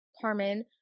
Carmen